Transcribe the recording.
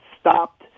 stopped